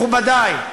מכובדי,